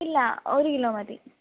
ഇല്ല ഒരു കിലോ മതി